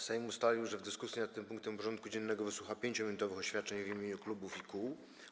Sejm ustalił, że w dyskusji nad tym punktem porządku dziennego wysłucha 5-minutowych oświadczeń w imieniu klubów i kół.